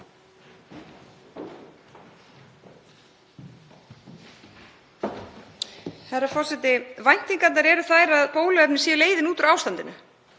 Herra forseti. Væntingarnar eru þær að bóluefni sé leiðin út úr ástandinu.